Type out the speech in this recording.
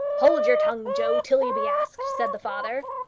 hold your tongue, joe, till you be asked, said the father.